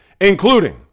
including